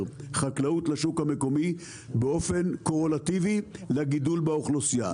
חקלאות לשוק המקומי באופן קורלטיבי לגידול באוכלוסייה.